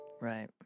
Right